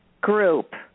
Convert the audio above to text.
Group